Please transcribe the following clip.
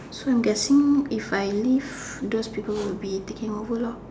so I'm guessing if I leave those people will be taking over lor